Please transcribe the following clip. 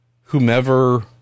whomever